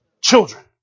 Children